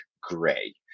gray